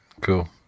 Cool